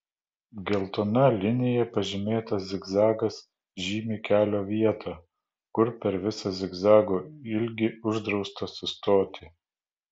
geltona linija pažymėtas zigzagas žymi kelio vietą kur per visą zigzago ilgį uždrausta sustoti